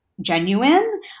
genuine